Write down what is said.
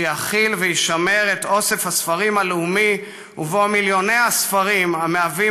שיכיל וישמר את אוסף הספרים הלאומי ובו מיליוני הספרים המהווים